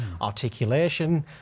articulation